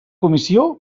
comissió